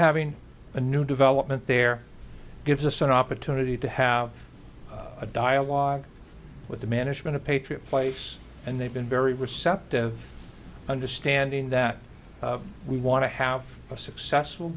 having a new development there gives us an opportunity to have a dialogue with the management of patriot place and they've been very receptive understanding that we want to have a successful